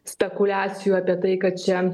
spekuliacijų apie tai kad čia